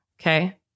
Okay